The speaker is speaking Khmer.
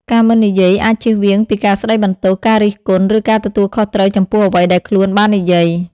ការមិននិយាយអាចជៀសវាងពីការស្តីបន្ទោស ការរិះគន់ ឬការទទួលខុសត្រូវចំពោះអ្វីដែលខ្លួនបាននិយាយ។